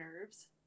nerves